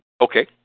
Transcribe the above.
Okay